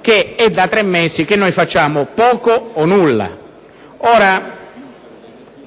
che sono tre mesi che noi facciamo poco o nulla.